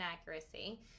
accuracy